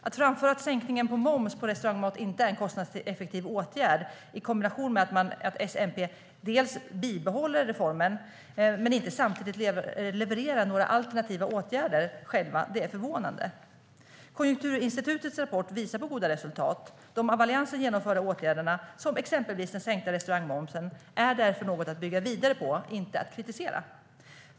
Att framföra att sänkningen av momsen på restaurangmat inte är en kostnadseffektiv åtgärd i kombination med att S-MP dels bibehåller reformen, dels samtidigt inte levererar några alternativa åtgärder själva är förvånande. Konjunkturinstitutets rapport visar på goda resultat. De av Alliansen genomförda åtgärderna, exempelvis den sänkta restaurangmomsen, är därför något att bygga vidare på, inte att kritisera.